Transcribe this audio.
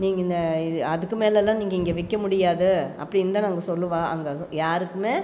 நீங்கள் இந்த அதுக்கு மேலெல்லாம் நீங்கள் இங்கே விற்க முடியாது அப்டின்னு தான் நாங்கள் சொல்லுவோம் அவங்க யாருக்கும்